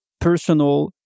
personal